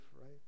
right